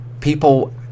people